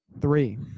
three